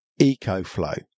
EcoFlow